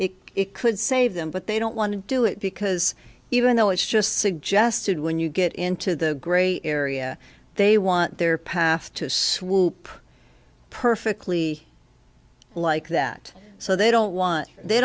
it could save them but they don't want to do it because even though it's just suggested when you get into the gray area they want their path to swoop perfectly like that so they don't want they